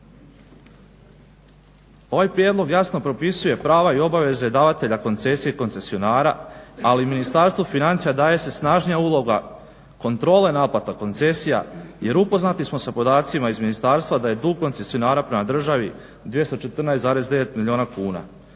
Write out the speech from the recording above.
Ovaj prijedlog jasno propisuje prava i obaveze davatelja koncesije i koncesionara, ali Ministarstvu financija daje se snažnija uloga kontrole naplata koncesija, jer upoznati smo sa podacima iz ministarstva da je dug koncesionara prema državi 214,9 milijuna kuna